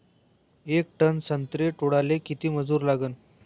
येक टन संत्रे तोडाले किती मजूर लागन?